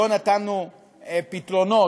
לא נתנו פתרונות,